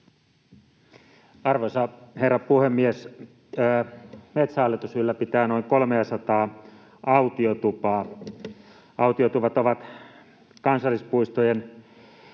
Arvoisa herra puhemies! Metsähallitus ylläpitää noin 300:aa autiotupaa. Autiotuvat ovat kansallispuistojen